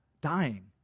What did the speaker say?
dying